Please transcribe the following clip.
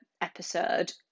episode